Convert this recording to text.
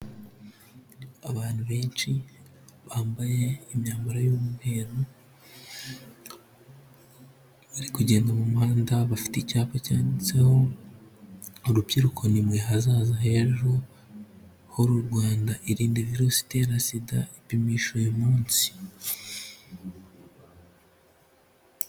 Abantu benshi bambaye imyambaro y'umweru bari kugenda mu muhanda, bafite icyapa cyanditseho rubyiruko ni mwe hazaza hejo h'uru Rwanda. Irinde virusi itera sida, ipimisha uyu munsi.